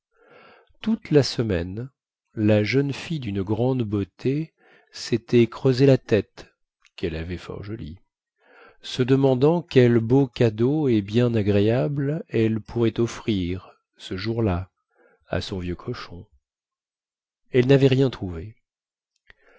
toute la semaine la jeune fille dune grande beauté sétait creusé la tête quelle avait fort jolie se demandant quel beau cadeau et bien agréable elle pourrait offrir ce jour-là à son vieux cochon elle navait rien trouvé